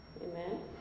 amen